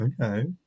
okay